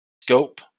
scope